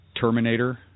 Terminator